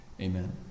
Amen